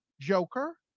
joker